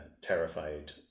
terrified